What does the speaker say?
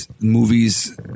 Movies